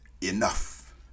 enough